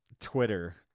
Twitter